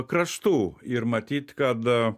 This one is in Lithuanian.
kraštų ir matyt kad